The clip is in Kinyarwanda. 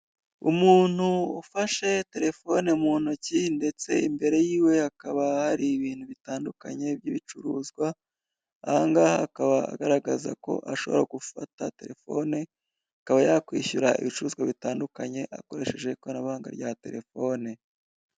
Umuntu ufashe telefone mu ntoki ndetse imbere yiwe hakaba hari ibintu bitandukanye by'ibicuruzwa, ahangaha akaba agaragaza ko ashobora gufata telefone akaba yakwishyura ibicuruzwa bitandukanye akoresheje ikoranabuhanga rya telefone.